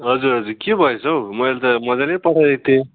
हजुर हजुर के भएछ हौ मैले त मज्जाले पठाइदिको थिएँ